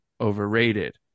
overrated